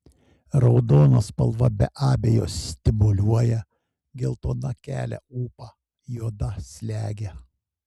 raudona spalva be abejo stimuliuoja geltona kelia ūpą juoda slegia